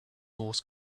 horse